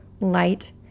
light